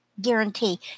Guarantee